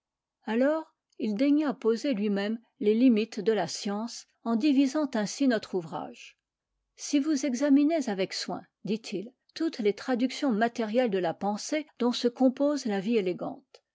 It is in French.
alors il daigna poser lui-même les limites de la science en divisant ainsi notre ouvrage si vous examinez avec soin dit-il toutes les traductions matérielles de la pensée dont se compose la vie élégante